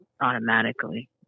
automatically